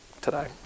today